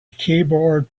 keyboard